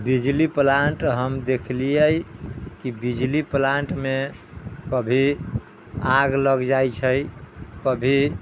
बिजली प्लान्ट हम देखलियै कि बिजली प्लान्टमे कभी आगि लागि जाइ छै कभी